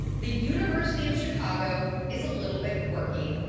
the university of chicago is a little bit quirky,